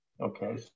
Okay